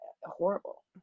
horrible